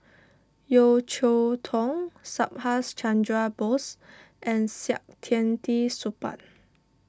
Yeo Cheow Tong Subhas Chandra Bose and Saktiandi Supaat